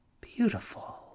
Beautiful